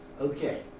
Okay